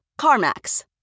CarMax